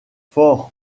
four